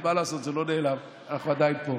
מה לעשות, זה לא נעלם, אנחנו עדיין פה.